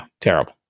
terrible